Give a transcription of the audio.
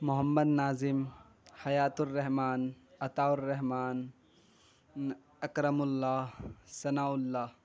محمد ناظم حیاتُ الرحمٰن عطاءُ الرحمٰن نہ اکرمُ اللّہ ثناءُ اللّہ